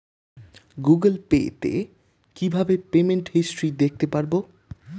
Google Pay তে কিভাবে payment history দেখতে পারবো?